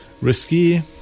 Risky